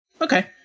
Okay